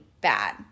bad